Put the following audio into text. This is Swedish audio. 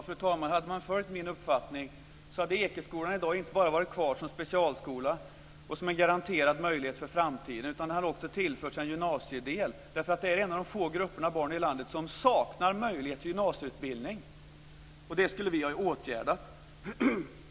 Fru talman! Hade man följt min uppfattning hade Ekeskolan i dag inte bara varit kvar som specialskola och som en garanterad möjlighet för framtiden, utan den hade också tillförts en gymnasiedel. Detta är en av de få grupper barn i landet som saknar möjlighet till gymnasieutbildning. Det skulle vi ha åtgärdat.